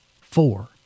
four